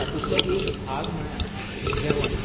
तातूंतलो एक भाग म्हळ्यार जेवण